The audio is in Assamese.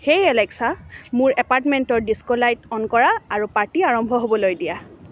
হেই এলেক্সা মোৰ এপাৰ্টমেন্টৰ ডিস্ক' লাইট অন কৰা আৰু পাৰ্টি আৰম্ভ হ'বলৈ দিয়া